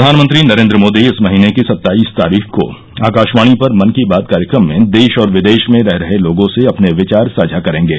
प्रधानमंत्री नरेन्द्र मोदी इस महीने की सत्ताईस तारीख को आकाशवाणी पर मन की बात कार्यक्रम में देश और विदेश में रह रहे लोगों से अपने विचार साझा करेंगे